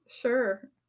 Sure